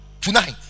tonight